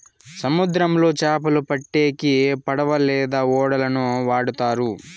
సముద్రంలో చాపలు పట్టేకి పడవ లేదా ఓడలను వాడుతారు